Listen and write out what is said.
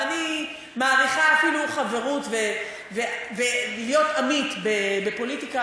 ואני מעריכה אפילו חברות ולהיות עמית בפוליטיקה,